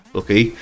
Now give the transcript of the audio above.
okay